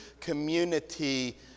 community